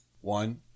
One